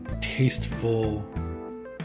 tasteful